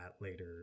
later